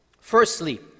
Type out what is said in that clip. Firstly